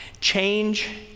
Change